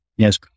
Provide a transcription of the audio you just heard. Yes